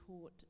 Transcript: taught